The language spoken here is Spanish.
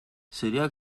serías